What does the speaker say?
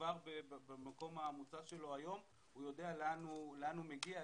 כבר בארץ המוצא שלו היום העולה יודע לאן הוא מגיע,